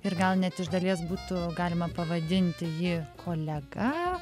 ir gal net iš dalies būtų galima pavadinti jį kolega